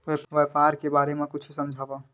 व्यापार के बारे म कुछु समझाव?